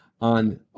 on